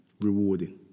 rewarding